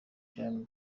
jimmy